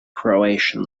croatian